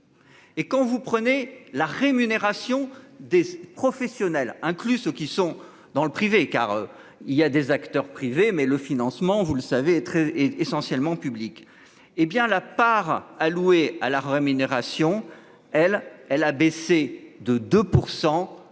Et quand vous prenez la rémunération des professionnels inclus ceux qui sont dans le privé, car il y a des acteurs privés, mais le financement, vous le savez très est essentiellement public hé bien la part allouée à la rémunération elle elle a baissé de 2%